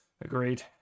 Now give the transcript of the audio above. agreed